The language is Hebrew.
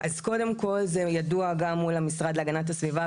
אז קודם כל, זה ידוע גם מול המשרד להגנת הסביבה.